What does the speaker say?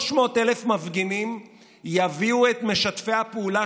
300,000 מפגינים יביאו את משתפי הפעולה